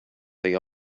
they